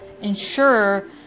ensure